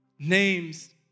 names